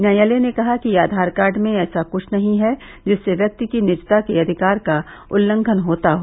न्यायालय ने कहा कि आधार कार्ड में ऐसा कुछ नहीं है जिससे व्यक्ति के निजता के अधिकार का उल्लंघन होता हो